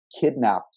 kidnapped